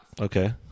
Okay